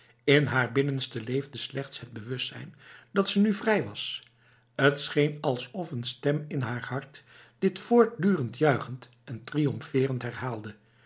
in haar binnenste leefde slechts het bewustzijn dat ze nu vrij was t scheen alsof een stem in haar hart dit voortdurend juichend en triomferend herhaalde